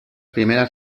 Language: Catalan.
primeres